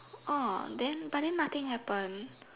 orh then but then nothing happened